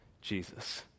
Jesus